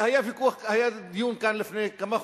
היה דיון כאן לפני כמה חודשים,